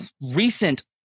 recent